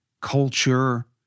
culture